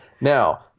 Now